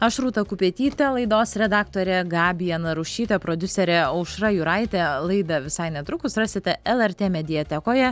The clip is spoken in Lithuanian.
aš rūta kupetytė laidos redaktorė gabija narušytė prodiuserė aušra juraitė laidą visai netrukus rasite lrt mediatekoje